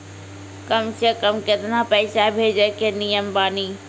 कम से कम केतना पैसा भेजै के नियम बानी?